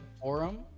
forum